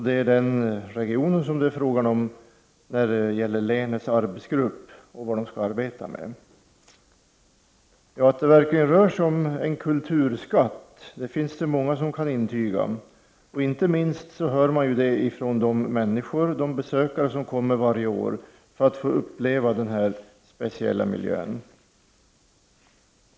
Det är den regionen som länets arbetsgrupp skall arbeta med. Att det verkligen rör sig om en kulturskatt är det många som kan intyga. Inte minst hör man det från de besökare som varje år kommer för att uppleva den här speciella miljön.